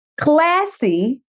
classy